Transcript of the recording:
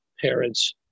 parents